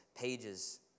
pages